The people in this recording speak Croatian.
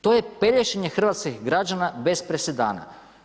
To je pelješenje hrvatskih građana bez presedana.